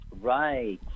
right